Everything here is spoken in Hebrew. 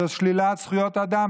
זו שלילת זכויות אדם.